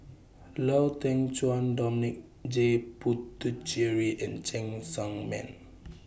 Lau Teng Chuan Dominic J Puthucheary and Cheng Tsang Man